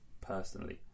personally